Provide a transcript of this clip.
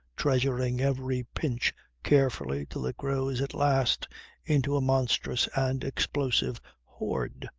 treasuring every pinch carefully till it grows at last into a monstrous and explosive hoard.